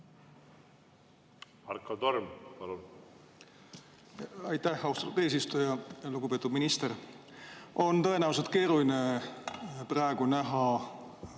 Marko Torm, palun! Aitäh, austatud eesistuja! Lugupeetud minister! On tõenäoliselt keeruline praegu näha